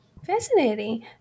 Fascinating